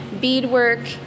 beadwork